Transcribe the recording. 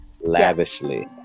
lavishly